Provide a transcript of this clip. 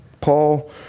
Paul